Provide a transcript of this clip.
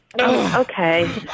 Okay